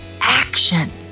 action